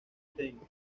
ten